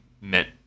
meant